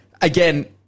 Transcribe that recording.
again